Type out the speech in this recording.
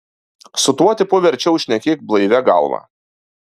su tuo tipu verčiau šnekėk blaivia galva